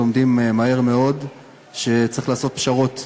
לומדים מהר מאוד שצריך לעשות פשרות.